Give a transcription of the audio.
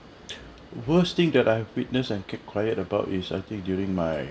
worst thing that I witness and kept quiet about is I think during my